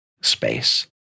space